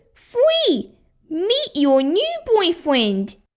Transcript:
three! meet you new boyfriend!